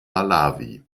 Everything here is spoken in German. malawi